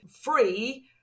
free